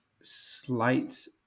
slight